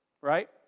Right